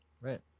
Right